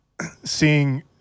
seeing